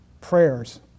prayers